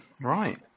Right